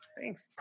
Thanks